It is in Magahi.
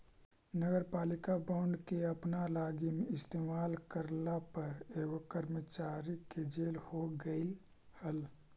नगरपालिका बॉन्ड के अपना लागी इस्तेमाल करला पर एगो कर्मचारी के जेल हो गेलई हल